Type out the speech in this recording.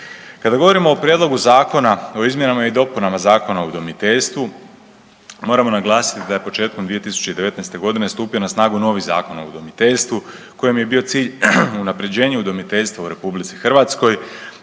Kada govorimo o Prijedlogu zakona o izmjenama i dopunama Zakona o udomiteljstvu moramo naglasiti da je početkom 2019. godine stupio na snagu novi Zakon o udomiteljstvu kojem je bio cilj unapređenje udomiteljstva u RH kroz